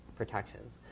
protections